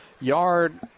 yard